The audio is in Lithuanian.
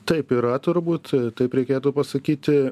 taip yra turbūt taip reikėtų pasakyti